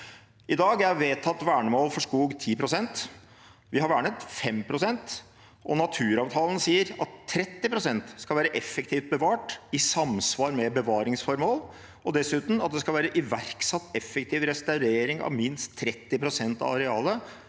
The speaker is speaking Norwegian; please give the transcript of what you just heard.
I dag er vedtatt vernemål for skog 10 pst. Vi har vernet 5 pst. Naturavtalen sier at 30 pst. skal være effektivt bevart i samsvar med bevaringsformål, og dessuten at det skal være iverksatt effektiv restaurering av minst 30 pst. av arealet